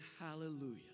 hallelujah